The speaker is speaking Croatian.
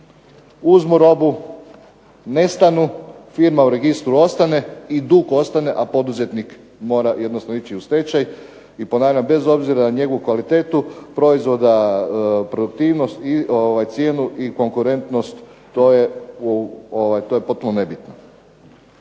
uzmu robu, nestanu, firma u registru ostane i dug ostane, a poduzetnik mora jednostavno ići u stečaj. I ponavljam, bez obzira na njegovu kvalitetu proizvoda, produktivnost, cijenu i konkurentnost to je potpuno nebitno.